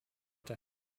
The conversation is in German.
der